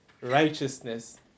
righteousness